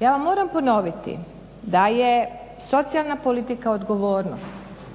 Ja vam moram ponoviti da je socijalna politika odgovornost,